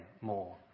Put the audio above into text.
more